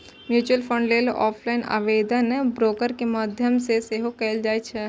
mutual fund लेल offline आवेदन broker के माध्यम सं सेहो कैल जा सकैए